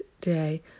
day